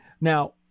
Now